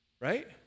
right